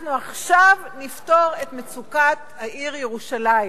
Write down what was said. אנחנו עכשיו נפתור את מצוקת העיר ירושלים.